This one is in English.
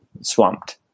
swamped